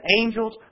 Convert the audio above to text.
angels